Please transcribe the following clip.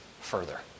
further